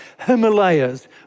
Himalayas